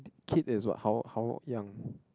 kid is what how how young